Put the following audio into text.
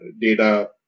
data